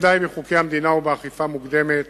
אין די בחוקי המדינה ובאכיפה מוקדמת.